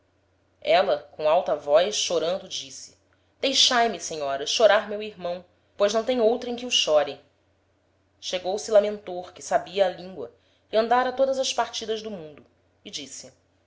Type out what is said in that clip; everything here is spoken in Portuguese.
éla com alta voz chorando disse deixai-me senhoras chorar meu irmão pois não tem outrem que o chore chegou-se lamentor que sabia a língoa e andára todas as partidas do mundo e disse